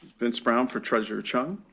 vince brown for treasurer chiang.